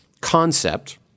concept